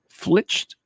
flitched